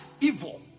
evil